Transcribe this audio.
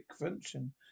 function